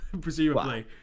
presumably